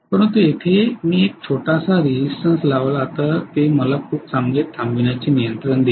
परंतु येथेही मी एक छोटासा रिज़िस्टन्स लावला तर ते मला खूप चांगले थांबविण्याचे नियंत्रण देईल